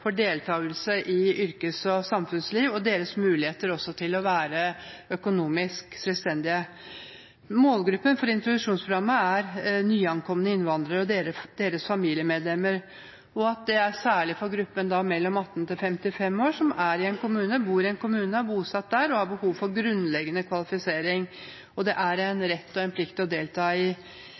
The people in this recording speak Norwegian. for deltakere i introduksjonsprogrammet. Formålet med introduksjonsprogrammet er å styrke flyktningers mulighet for deltakelse i yrkes- og samfunnsliv og deres mulighet til å være økonomisk selvstendige. Målgruppen for introduksjonsprogrammet er nyankomne innvandrere og deres familiemedlemmer, særlig gruppen mellom 18 og 55 år som er bosatt i en kommune og har behov for grunnleggende kvalifisering. Det er en rett og en plikt å delta i